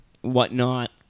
whatnot